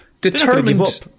determined